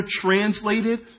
translated